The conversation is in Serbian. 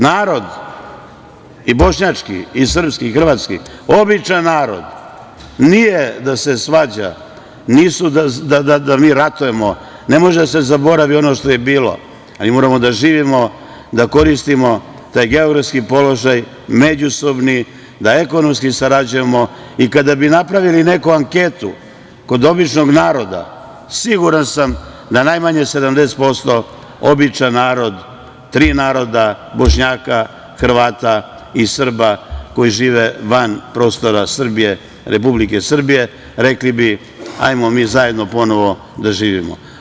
Narod, i bošnjački i srpski i hrvatski, običan narod nije da se svađa, nisu da mi ratujemo, ne može da se zaboravi ono što je bilo, ali mi moramo da živimo, da koristimo taj geografski položaj, međusobni, da ekonomski sarađujemo i kada bi napravili neku anketu kod običnog naroda, siguran sam da bi najmanje 70% običan narod, tri naroda, Bošnjaka, Hrvata i Srba koji žive van prostora Srbije, Republike Srbije rekao – hajmo mi zajedno ponovo da živimo.